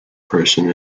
person